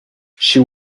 she